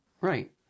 Right